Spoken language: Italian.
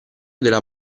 della